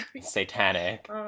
satanic